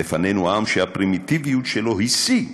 לפנינו עם שהפרימיטיביות שלו היא שיא.